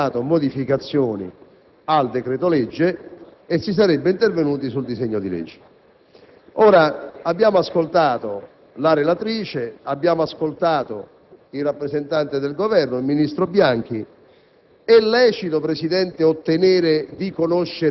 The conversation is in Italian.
che il Senato non avrebbe apportato modificazioni al decreto‑legge e che si sarebbe intervenuti sul disegno di legge. Ora abbiamo sentito la senatrice Donati e il rappresentante del Governo, il ministro Bianchi: